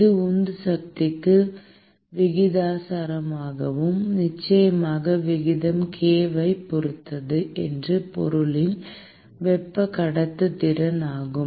இது உந்து சக்திக்கு விகிதாசாரமாகும் நிச்சயமாக விகிதம் k ஐப் பொறுத்தது இது பொருளின் வெப்ப கடத்துத்திறன் ஆகும்